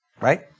Right